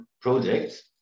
projects